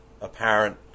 apparent